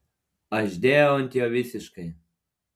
aš dėjau ant jo visiškai